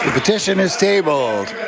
ah petition is tabled.